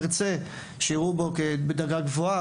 ירצה שיראו בו כדרגה גבוהה.